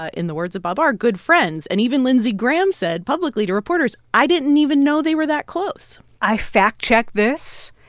ah in the words of bill barr, good friends. and even lindsey graham said publicly to reporters, i didn't even know they were that close i fact-checked this,